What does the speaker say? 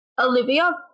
Olivia